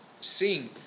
sing